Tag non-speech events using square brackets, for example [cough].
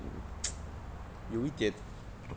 [noise] 有一点